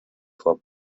for